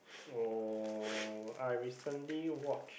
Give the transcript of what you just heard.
or I recently watch